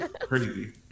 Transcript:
crazy